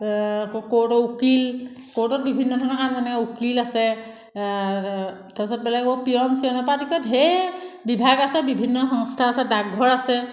আকৌ কৰ্টৰ উকিল কৰ্টত বিভিন্ন ধৰণৰ কাম যেনে উকিল আছে তাৰপিছত বেলেগ আৰু পিয়ন চিয়নৰপৰা আদি কৰি ঢেৰ বিভিন্ন বিভাগ আছে বিভিন্ন সংস্থা আছে ডাকঘৰ আছে